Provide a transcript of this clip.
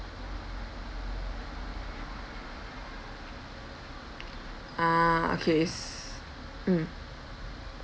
ah okay s~ mm